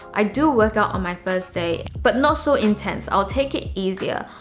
i do work out on my first day, but not so intense. i'll take it easier.